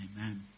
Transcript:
Amen